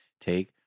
Take